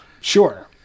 Sure